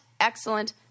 excellent